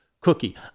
cookie